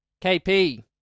KP